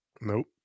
Nope